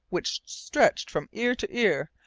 which stretched from ear to ear,